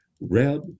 red